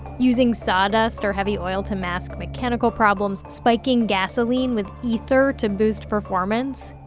using sawdust or heavy oil to mask mechanical problems, spiking gasoline with ether to boost performance.